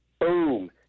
boom